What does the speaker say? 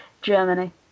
Germany